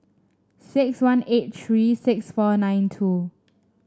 six one eight three six four nine two